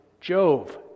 Jove